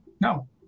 No